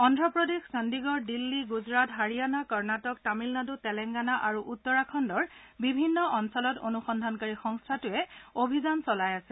অন্ধ্ৰপ্ৰদেশ চণ্ডিগড় দিল্লী গুজৰাট হাৰিয়ানা কৰ্ণাটক তামিলনাডু তেলেংগানা আৰু উত্তৰাখণ্ডৰ বিভিন্ন অঞ্চলত অনুসন্ধানকাৰী সংস্থাটোৱে অভিযান চলাই আছে